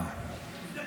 מדינה